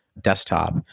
desktop